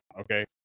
okay